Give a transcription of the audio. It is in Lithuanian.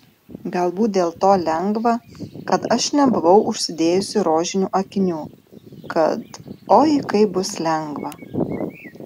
galbūt dėl to lengva kad aš nebuvau užsidėjusi rožinių akinių kad oi kaip bus lengva